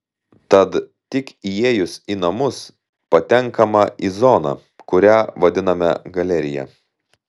tad tik įėjus į namus patenkama į zoną kurią vadiname galerija